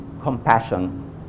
compassion